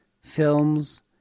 films